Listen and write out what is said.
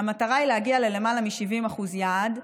המטרה היא להגיע ללמעלה מ-70%, היעד,